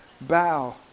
bow